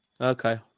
Okay